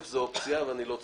זאת אופציה, ואני לא צוחק.